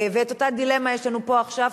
את אותה דילמה יש לנו פה עכשיו,